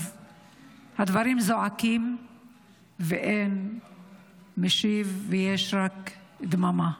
הדברים זועקים ואין משיב, יש רק דממה,